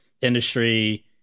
industry